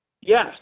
Yes